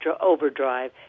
overdrive